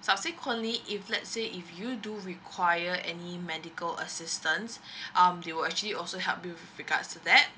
subsequently if let's say if you do require any medical assistants um they will actually also help you with regards to that